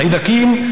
החיידקים,